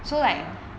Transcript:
(uh huh)